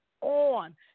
on